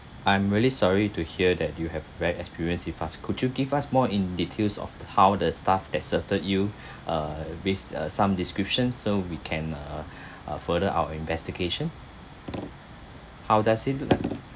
I'm really sorry to hear that you have bad experience with us could you give us more in details of how the staff that served you uh based uh some description so we can uh uh further our investigation how does it